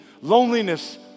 loneliness